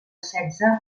setze